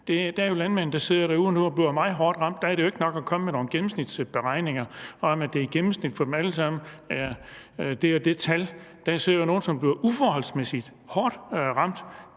Der er jo landmænd, der nu sidder derude og bliver meget hårdt ramt, og der er det jo ikke nok at komme med nogle gennemsnitsberegninger om, at det i gennemsnit for dem alle sammen er det og det tal. Der sidder jo nogle, som bliver uforholdsmæssigt hårdt ramt,